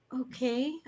okay